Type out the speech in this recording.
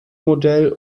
modell